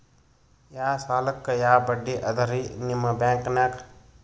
ಯಾ ಸಾಲಕ್ಕ ಯಾ ಬಡ್ಡಿ ಅದರಿ ನಿಮ್ಮ ಬ್ಯಾಂಕನಾಗ?